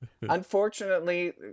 Unfortunately